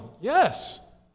Yes